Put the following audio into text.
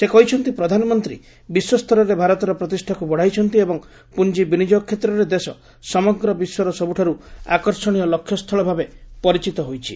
ସେ କହିଛନ୍ତି ପ୍ରଧାନମନ୍ତ୍ରୀ ବିଶ୍ୱସ୍ତରରେ ଭାରତର ପ୍ରତିଷ୍ଠାକୁ ବଢ଼ାଇଛନ୍ତି ଏବଂ ପୁଞ୍ଜି ବିନିଯୋଗ କ୍ଷେତ୍ରରେ ଦେଶ ସମଗ୍ର ବିଶ୍ୱର ସବୁଠାରୁ ଆକର୍ଷଣୀୟ ଲକ୍ଷ୍ୟସ୍ଥଳ ଭାବେ ପରିଚିତ ହୋଇଛି